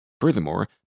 Furthermore